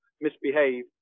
misbehave